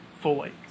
fully